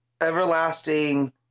everlasting